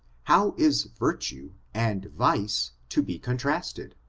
how is virtue and vice to be contrasted?